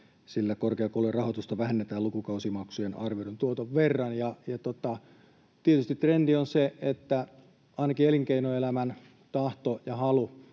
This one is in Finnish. sillä korkeakoulujen rahoitusta vähennetään lukukausimaksujen arvioidun tuoton verran. Tietysti trendi ja ainakin elinkeinoelämän tahto ja halu